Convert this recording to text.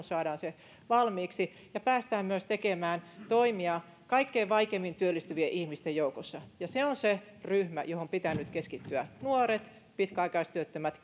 saadaan se valmiiksi ja päästään myös tekemään toimia kaikkein vaikeimmin työllistyvien ihmisten joukossa se on se ryhmä johon pitää nyt keskittyä nuoret pitkäaikaistyöttömät